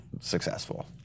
successful